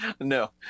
no